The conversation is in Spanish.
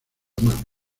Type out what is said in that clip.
omán